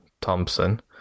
Thompson